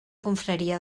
confraria